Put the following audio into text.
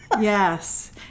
Yes